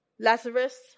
Lazarus